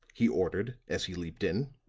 he ordered, as he leaped in.